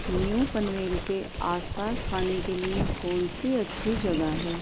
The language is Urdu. نیو پنویل کے آس پاس کھانے کے لیے کون سی اچھی جگہ ہے